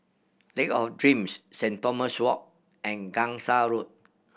Lake of Dreams Saint Thomas Walk and Gangsa Road